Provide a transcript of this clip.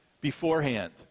beforehand